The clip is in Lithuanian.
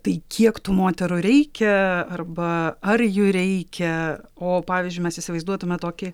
tai kiek tų moterų reikia arba ar jų reikia o pavyzdžiui mes įsivaizduotume tokį